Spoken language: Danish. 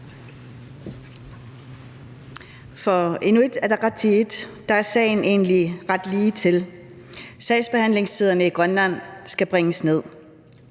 For Inuit Ataqatigiit er sagen egentlig ret ligetil. Sagsbehandlingstiderne i Grønland skal bringes ned.